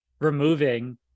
removing